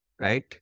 right